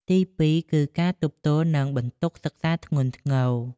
ទីពីរ គឺ ការទប់ទល់នឹងបន្ទុកសិក្សាធ្ងន់ធ្ងរ។